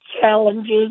challenges